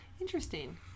Interesting